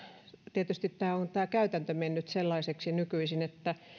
tietysti tämä käytäntö on mennyt sellaiseksi nykyisin että